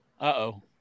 Uh-oh